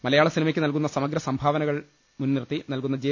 മലയാള സിനിമയ്ക്ക് നൽകുന്ന സമഗ്ര സംഭാവനകൾ മുൻനിർത്തി നൽകുന്ന ജെ